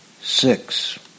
Six